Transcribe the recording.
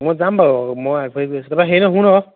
মই যাম বাৰু মই আগবাঢ়ি গৈ আছোঁ তাৰ পৰা হেৰি নহয় শুন আকৌ